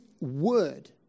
Word